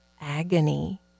agony